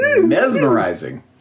Mesmerizing